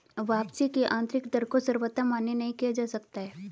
वापसी की आन्तरिक दर को सर्वथा मान्य नहीं किया जा सकता है